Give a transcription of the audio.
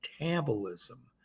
metabolism